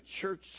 church